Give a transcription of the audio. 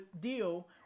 deal